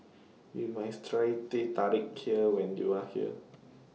YOU must Try Teh Tarik when YOU Are here